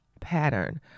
pattern